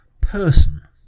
person